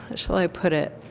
shall i put it